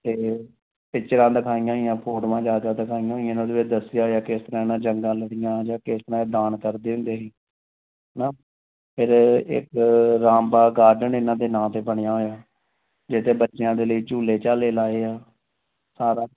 ਅਤੇ ਪਿਕਚਰਾਂ ਦਿਖਾਈਆਂ ਹੋਈਆ ਫੋਟੋਆਂ ਜ਼ਿਆਦਾ ਦਿਖਾਈਆਂ ਹੋਈਆਂ ਨਾਲੇ ਉਹਦੇ ਵਿੱਚ ਦੱਸਿਆ ਹੋਇਆ ਕਿਸ ਤਰ੍ਹਾਂ ਨਾਲ ਜੰਗਾਂ ਲੜੀਆਂ ਜਾਂ ਕਿਸ ਤਰ੍ਹਾਂ ਦਾਨ ਕਰਦੇ ਹੁੰਦੇ ਸੀ ਹੈ ਨਾ ਫਿਰ ਇੱਕ ਰਾਮਬਾਗ ਗਾਰਡਨ ਇਹਨਾਂ ਦੇ ਨਾਂ 'ਤੇ ਬਣਿਆ ਹੋਇਆ ਜਿੱਥੇ ਬੱਚਿਆਂ ਦੇ ਲਈ ਝੂਲੇ ਝਾਲੇ ਲਾਏ ਆ ਸਾਰਾ